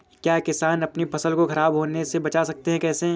क्या किसान अपनी फसल को खराब होने बचा सकते हैं कैसे?